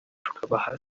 tukabaha